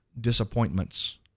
disappointments